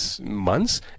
months